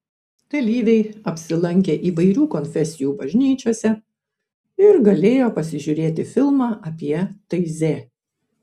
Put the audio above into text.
dalyviai apsilankė įvairių konfesijų bažnyčiose ir galėjo pasižiūrėti filmą apie taizė